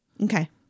Okay